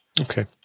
Okay